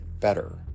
better